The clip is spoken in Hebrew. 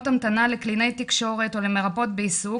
המתנה לקלינאית תקשורת או למרפאות בעיסוק.